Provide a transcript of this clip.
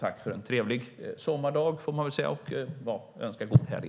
Tack för en trevlig sommardag, får man väl säga, och god helg!